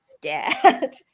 dad